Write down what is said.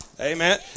Amen